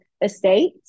estate